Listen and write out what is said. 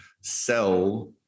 sell